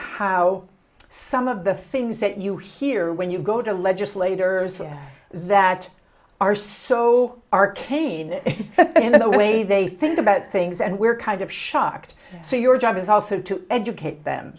so some of the things that you hear when you go to legislators that are so arcane in the way they think about things and we're kind of shocked so your job is also to educate them